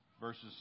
verses